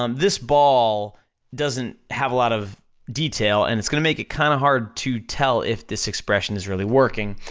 um this ball doesn't have a lot of detail, and it's gonna make it kinda hard to tell if this expression is really working,